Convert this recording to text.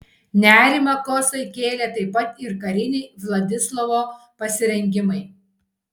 nerimą kosai kėlė taip pat ir kariniai vladislovo pasirengimai